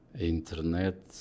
Internet